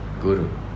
Guru